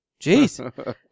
Jeez